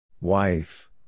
Wife